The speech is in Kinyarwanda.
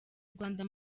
rwanda